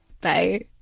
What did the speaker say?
Bye